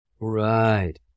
Right